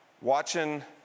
Watching